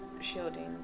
shielding